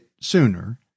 sooner